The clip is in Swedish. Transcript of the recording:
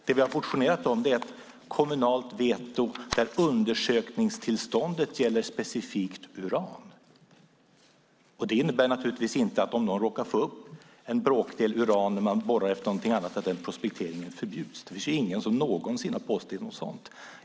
Det vi har motionerat om är ett kommunalt veto när undersökningstillståndet specifikt gäller uran. Det innebär givetvis inte att en prospektering förbjuds om man råkar få upp en bråkdel uran när man borrar efter annat. Det finns ingen som någonsin har påstått något sådant.